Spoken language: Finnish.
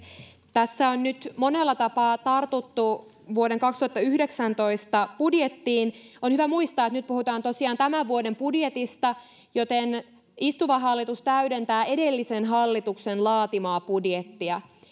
tässä on nyt monella tapaa tartuttu vuoden kaksituhattayhdeksäntoista budjettiin on hyvä muistaa että nyt puhutaan tosiaan tämän vuoden budjetista joten istuva hallitus täydentää edellisen hallituksen laatimaa budjettia